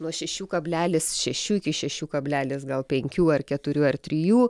nuo šešių kablelis šešių iki šešių kablelis gal penkių ar keturių ar trijų